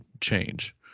change